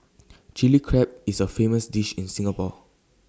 Chilli Crab is A famous dish in Singapore